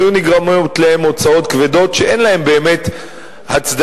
היו נגרמות להם הוצאות כבדות שאין להן באמת הצדקה.